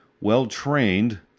well-trained